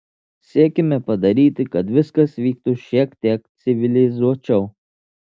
siekiame padaryti kad viskas vyktų šiek tiek civilizuočiau